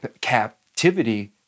captivity